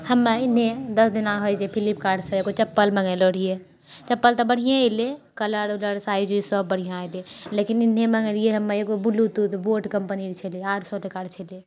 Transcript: हमे अहिने दश दिना हइ छै फ्लिपकार्टसँ एगो चप्पल मङ्गेलो रहिऐ चप्पल तऽ बढ़िए एलै कलर उलर साइज उज सब बढियाँ एलै लेकिन एहिनिये मङ्गेलिऐ हमे एगो ब्लूटूथ बोट कम्पनीके छलै आठ सए टाकाके छलै